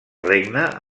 regne